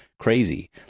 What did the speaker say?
crazy